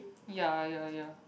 ya ya ya